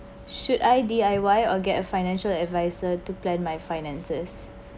should I D_I_Y or get a financial advisor to plan my finances